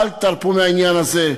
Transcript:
אל תרפו מהעניין הזה.